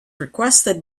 requested